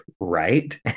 right